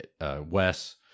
Wes